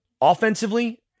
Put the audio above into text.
Offensively